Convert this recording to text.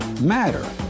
matter